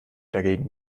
dagegen